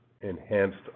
enhanced